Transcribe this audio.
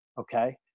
okay